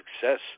success